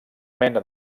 mena